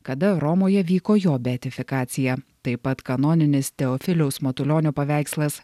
kada romoje vyko jo beatifikacija taip pat kanoninis teofiliaus matulionio paveikslas